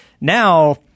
now